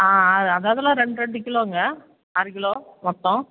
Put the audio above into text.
ஆ ஆ அது அதெல்லாம் ரெண்டு ரெண்டு கிலோங்க ஆறு கிலோ மொத்தம்